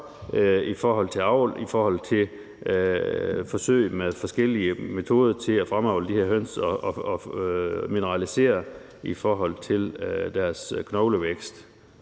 i forhold til avl og i forhold til forsøg med forskellige metoder til at fremavle de her høns og mineralisere med henblik på deres knoglevækst.